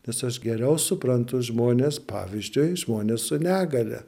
nes aš geriau suprantu žmones pavyzdžiui žmones su negalia